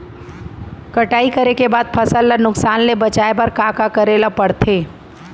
कटाई करे के बाद फसल ल नुकसान ले बचाये बर का का करे ल पड़थे?